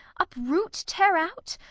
uproot, tear out,